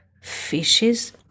fishes